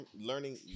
learning